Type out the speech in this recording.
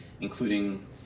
including